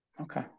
Okay